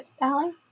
Allie